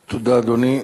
תודה, אדוני.